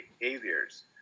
behaviors